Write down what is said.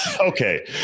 Okay